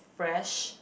fresh